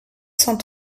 cent